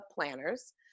planners